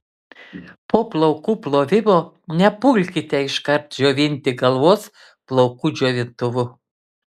po plaukų plovimo nepulkite iškart džiovinti galvos plaukų džiovintuvu